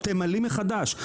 תמלאי מחדש,